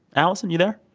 allison, you there?